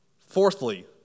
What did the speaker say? Fourthly